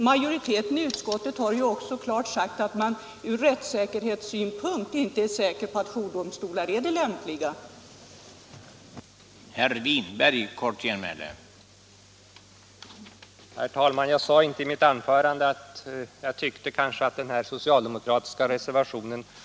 Majoriteten i utskottet har vidare klarl uttalat att den inte är säker på att jourdomstolar är lämpliga ur rättssäkerhetssynpunkt.